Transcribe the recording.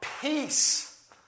peace